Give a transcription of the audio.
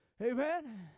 Amen